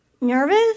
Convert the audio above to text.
nervous